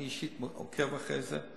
אני אישית עוקב אחרי זה.